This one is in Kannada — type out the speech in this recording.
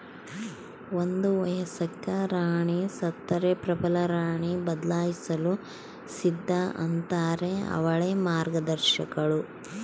ಒಂದು ವಯಸ್ಕ ರಾಣಿ ಸತ್ತರೆ ಪ್ರಬಲರಾಣಿ ಬದಲಾಯಿಸಲು ಸಿದ್ಧ ಆತಾರ ಅವಳೇ ಮಾರ್ಗದರ್ಶಕಳು